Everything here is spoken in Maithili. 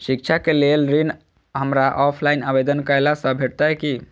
शिक्षा केँ लेल ऋण, हमरा ऑफलाइन आवेदन कैला सँ भेटतय की?